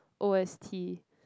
O_S_T